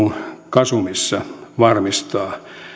on varmistaa